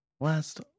Last